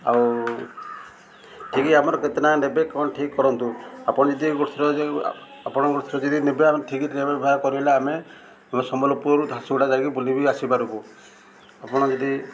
ଆଉ ଠିକ ଆମର କେତେ ଟଙ୍କା ନେବେ କଣ ଠିକ୍ କରନ୍ତୁ ଆପଣ ଯଦି ଗୋର ଆପଣଙ୍କର ଯଦି ନେବେ ଆମେ ଠିକ୍ ବ୍ୟବହାର କରିବେ ଆମେ ସମ୍ବଲପୁରରୁ ଝାରସୁଗୁଡ଼ା ଯାଇକି ବୁଲିବ ବି ଆସିପାରିବୁ ଆପଣ ଯଦି